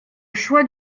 choix